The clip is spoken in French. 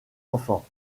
enfants